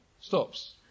stops